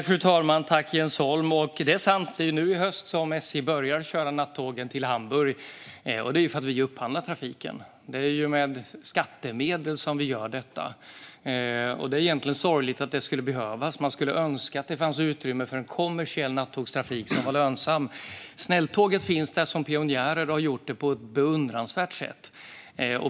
Fru talman! Det är sant att det är nu i höst som SJ börjar köra nattågen till Hamburg, och det är för att vi upphandlar trafiken. Det är ju med skattemedel som vi gör detta. Det är egentligen sorgligt att det ska behövas. Man skulle önska att det fanns utrymme för en kommersiell nattågstrafik som är lönsam. Snälltåget finns där som pionjär, och har gjort det på ett beundransvärt sätt.